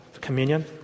communion